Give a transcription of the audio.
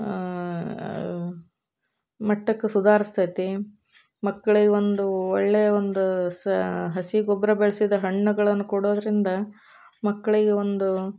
ಮಟ್ಟಕ್ಕೆ ಸುಧಾರಸ್ತೈತಿ ಮಕ್ಳಿಗೆ ಒಂದು ಒಳ್ಳೆಯ ಒಂದು ಸ ಹಸಿ ಗೊಬ್ಬರ ಬಳಸಿದ ಹಣ್ಣುಗಳನ್ನು ಕೊಡೋದರಿಂದ ಮಕ್ಕಳಿಗೆ ಒಂದು